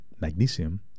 magnesium